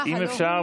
אם אפשר,